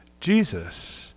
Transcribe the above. Jesus